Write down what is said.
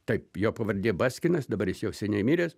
taip jo pavardė baskinas dabar jis jau seniai miręs